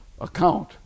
account